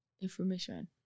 information